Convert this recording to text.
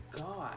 God